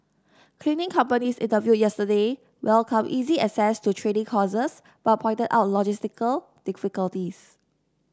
cleaning companies interviewed yesterday welcomed easy access to training courses but pointed out logistical difficulties